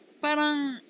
parang